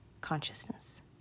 consciousness